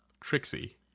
Trixie